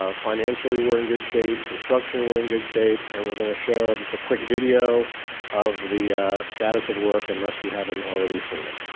ah financially we're in good shape, construction we're in good shape, and we're going to share just a quick video of the status of work unless you haven't already seen it.